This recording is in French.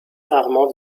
rarement